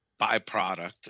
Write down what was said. byproduct